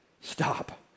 stop